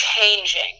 changing